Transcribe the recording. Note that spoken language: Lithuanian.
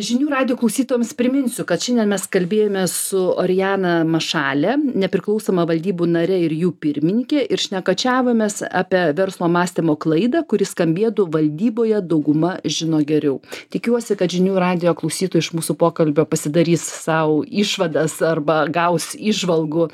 žinių radijo klausytojams priminsiu kad šiandien mes kalbėjomės su orijana mašalė nepriklausoma valdybų nare ir jų pirmininke ir šnekačiavomės apie verslo mąstymo klaidą kuri skambėdų valdyboje dauguma žino geriau tikiuosi kad žinių radijo klausytojai iš mūsų pokalbio pasidarys sau išvadas arba gaus įžvalgų